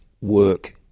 work